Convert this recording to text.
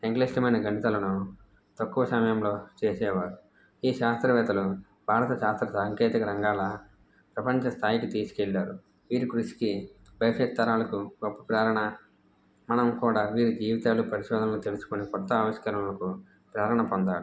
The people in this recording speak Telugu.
సంక్లిష్టమైన గణితలను తక్కువ సమయంలో చేసేవారు ఈ శాస్త్రవేత్తలు భారత శాస్త్ర సాంకేతిక రంగాాల ప్రపంచ స్థాయికి తీసుకెళ్ళారు వీరి కృషికి భవిష్యత్ తరాలకు గొప్ప ప్రేరణ మనం కూడా వీరి జీవితాలు పరిశోధనలు తెలుసుకుని కొత్త ఆవిష్కరణలకు ప్రేరణ పొందారు